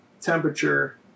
temperature